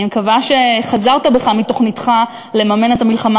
אני מקווה שחזרת בך מתוכניתך לממן את המלחמה